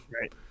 Right